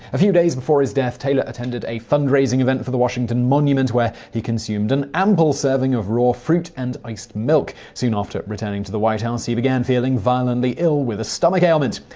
a few days before his death, taylor attended a fund-raising event for the washington monument, where he consumed an ample serving of raw fruit and iced milk. soon after returning to the white house he began feeling violently ill with a stomach ailment.